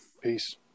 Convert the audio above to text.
Peace